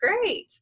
great